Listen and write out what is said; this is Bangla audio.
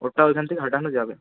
ওইটা ওইখান থেকে হাটানো যাবে